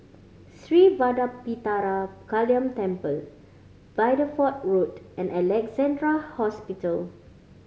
Sri Vadapathira Kaliamman Temple Bideford Road and Alexandra Hospital